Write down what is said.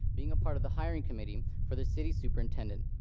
being a part of the hiring committee for the city superintendent.